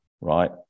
Right